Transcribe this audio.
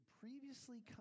previously